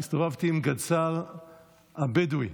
הסתובבתי עם הגדס"ר הבדואי,